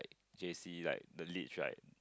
J_C like the leads right